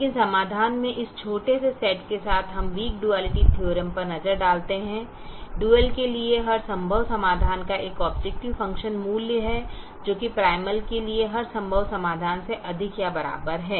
लेकिन समाधान के इस छोटे से सेट के साथ हम वीक डुआलिटी थीयोरम पर नजर डालते हैं डुअल के लिए हर संभव समाधान का एक ऑबजेकटिव फंक्शन मूल्य है जो कि प्राइमल के लिए हर संभव समाधान से अधिक या बराबर है